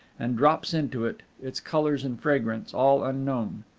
and drops into it, its colors and fragrance all unknown,